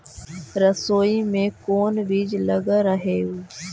सरसोई मे कोन बीज लग रहेउ?